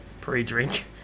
pre-drink